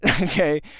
Okay